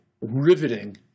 riveting